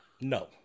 No